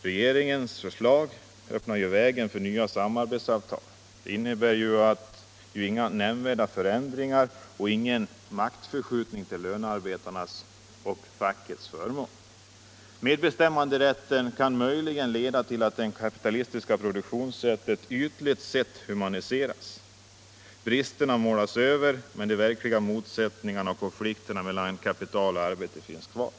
Regeringens förslag öppnar vägen för nya samarbetsavtal. Det innebär inga nämnvärda förändringar och ingen maktförskjutning till lönarbetarnas och fackets förmån. Medbestämmanderätten kan möjligen leda till att det kapitalistiska produktionssättet ytligt sett humaniseras. Bristerna målas över, men de verkliga motsättningarna och konflikterna mellan kapital och arbete finns kvar.